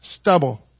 Stubble